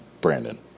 Brandon